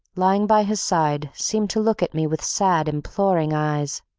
lying by his side, seemed to look at me with sad, imploring eyes.